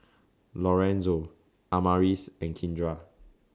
Lorenzo Amaris and Kindra